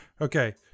Okay